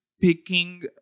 picking